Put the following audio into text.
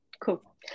cool